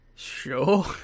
Sure